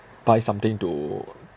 buy something to